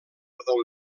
del